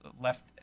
left